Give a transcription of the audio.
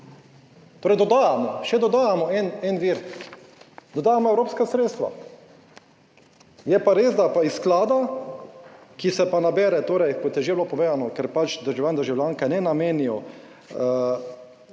torej dodajamo še, dodajamo en vir, dodajamo evropska sredstva. Je pa res, da pa iz sklada, ki se pa nabere, torej kot je že bilo povedano, ker pač državljani in državljanke ne namenijo